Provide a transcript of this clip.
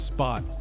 Spot